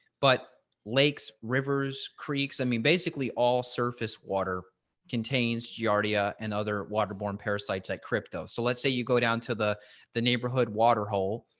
but lakes, rivers, creeks, i mean, basically all surface water contains giardia and other waterborne parasites like crypto. so let's say you go down to the the neighborhood waterhole.